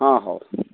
ହଁ ହଉ